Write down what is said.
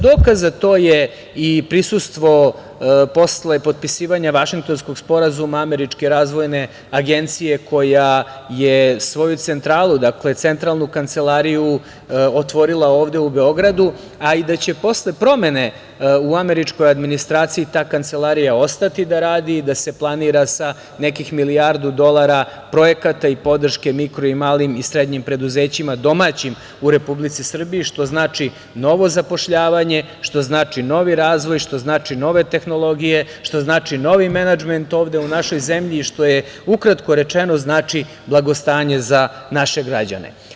Dokaz za to je i prisustvo, posle potpisivanja Vašingtonskog sporazuma, Američke razvojne agencije koja je svoju centralu, dakle, centralnu kancelariju, otvorila ovde u Beogradu, a i da će posle promene u američkoj administraciji ta kancelarija ostati da radi i da se planira sa nekih milijardu dolara projekata i podrške mikro, malim i srednjim preduzećima domaćim u Republici Srbiji, što znači novo zapošljavanje, što znači novi razvoj, što znači nove tehnologije, što znači novi menadžment ovde u našoj zemlji, što ukratko rečeno znači blagostanje za naše građane.